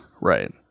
right